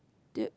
tilt